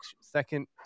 second